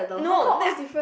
no then I